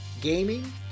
gaming